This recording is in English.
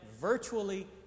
virtually